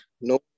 no